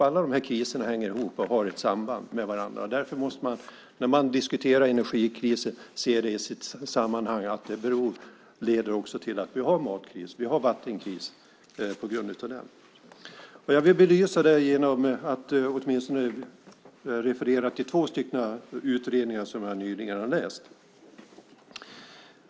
Alla de här kriserna hänger ihop och har ett samband med varandra. Man måste när man diskuterar energikrisen se den i sitt sammanhang. Den leder till att vi har matkris, och vi har vattenkris på grund av den. Jag vill belysa det genom att åtminstone referera till två utredningar som jag nyligen har läst.